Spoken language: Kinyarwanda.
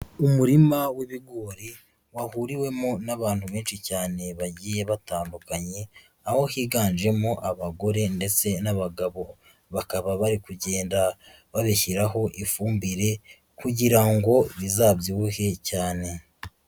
Umurima w'ibigori wahuriwemo n'abantu benshi cyane bagiye batandukanye, aho higanjemo abagore ndetse n'abagabo, bakaba bari kugenda babishyiraho ifumbire kugira ngo bizabyibuhe cyane.